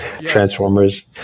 Transformers